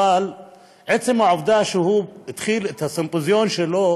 עצם העובדה שהוא התחיל את הסימפוזיון שלו